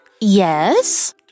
Yes